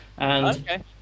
Okay